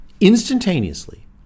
instantaneously